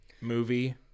movie